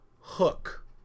Hook